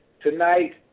tonight